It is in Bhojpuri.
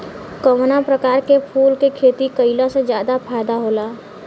कवना प्रकार के फूल के खेती कइला से ज्यादा फायदा होला?